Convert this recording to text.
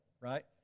right